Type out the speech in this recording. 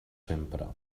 sempre